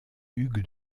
hugues